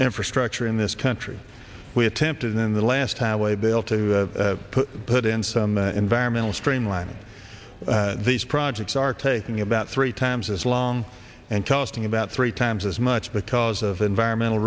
infrastructure in this country we attempted in the last time way bill to put in some environmental streamlining these projects are taking about three times as long and costing about three times as much because of environmental